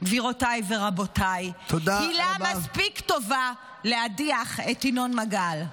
גבירותיי ורבותיי עילה מספיק טובה להדיח את ינון מגל.